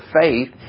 faith